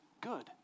good